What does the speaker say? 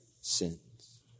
sins